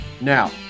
now